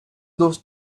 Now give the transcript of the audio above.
those